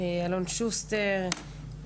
אלון שוסטר,